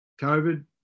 COVID